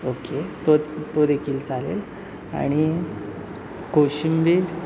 okay तो तो देखील चालेल आणि कोशिंबीर